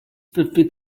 fifty